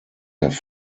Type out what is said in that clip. have